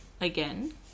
again